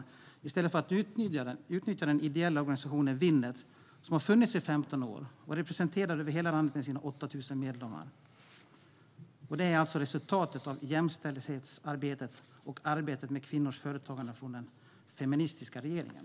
Det görs i stället för att nyttja den ideella organisationen Winnet som funnits i 15 år och är representerad över hela landet med sina 8 000 medlemmar. Det är alltså resultatet av jämställdhetsarbetet och arbetet med kvinnors företagande från den feministiska regeringen.